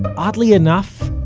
oddly enough,